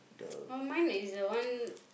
uh mine is the one